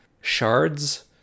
shards